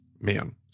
man